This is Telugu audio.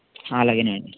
అలాగే అండి